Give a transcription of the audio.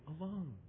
alone